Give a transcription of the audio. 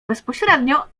bezpośrednio